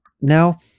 now